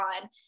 on